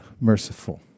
merciful